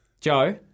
Joe